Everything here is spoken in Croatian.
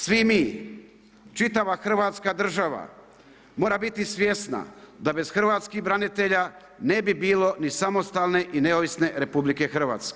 Svi mi, čitava hrvatska država mora biti svjesna da bez hrvatskih branitelja ne bi bilo ni samostalne i neovisne RH.